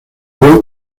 vivió